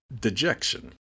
dejection